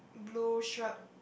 blue shirt